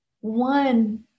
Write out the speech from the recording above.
One